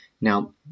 Now